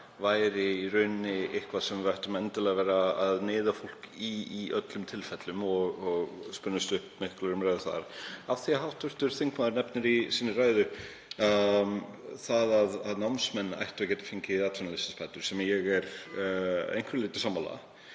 væri í rauninni eitthvað sem við ættum endilega að vera að neyða fólk í í öllum tilfellum og spunnust miklar umræðu þar af. Af því að hv. þingmaður nefnir í sinni ræðu að námsmenn ættu að geta fengið atvinnuleysisbætur, sem ég er að einhverju leyti sammála,